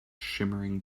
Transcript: shimmering